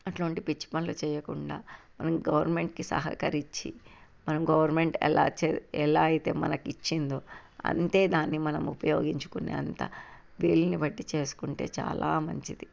అలాంటి పిచ్చి పనులు చేయకుండా మనం గవర్నమెంట్కి సహకరించి మనం గవర్నమెంట్ ఎలా చే ఎలా అయితే మనకు ఇచ్చిందో అంతే దాన్ని మనం ఉపయోగించుకునే అంత వీలుని బట్టి చేసుకుంటే చాలా మంచిది